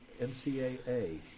NCAA